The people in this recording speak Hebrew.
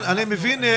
אני מבין.